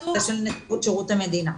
המכתב מנציבות שירות המדינה.